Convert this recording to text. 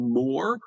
more